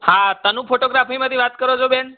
હા તનુ ફોટોગ્રાફીમાંથી વાત કરો છો બેન